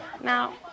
now